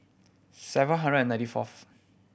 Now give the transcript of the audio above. seven hundred and ninety fourth